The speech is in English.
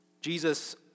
Jesus